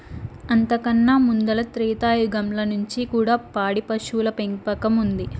అంతకన్నా ముందల త్రేతాయుగంల నుంచి కూడా పాడి పశువుల పెంపకం ఉండాది